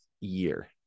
year